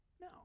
No